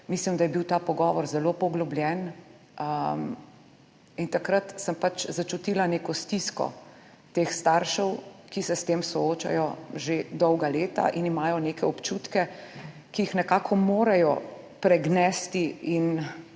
Mislim, da je bil ta pogovor zelo poglobljen in takrat sem pač začutila neko stisko teh staršev, ki se s tem soočajo že dolga leta in imajo neke občutke, ki jih nekako morajo pregnesti in